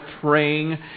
praying